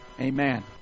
Amen